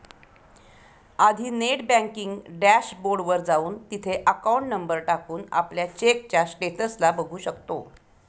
आधी net banking dashboard वर जाऊन, तिथे अकाउंट नंबर टाकून, आपल्या चेकच्या स्टेटस ला बघू शकतो